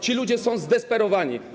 Ci ludzie są zdesperowani.